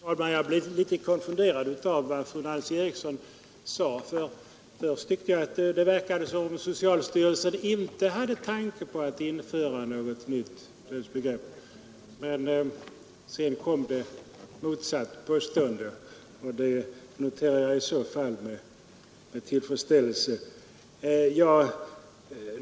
Fru talman! Jag blev litet konfunderad av vad fru Nancy Eriksson sade. Först verkade det som om hon sade att socialstyrelsen inte hade någon tanke på att införa något nytt dödsbegrepp, men sedan kom ett motsatt påstående, vilket jag i så fall noterar med tillfredsställelse.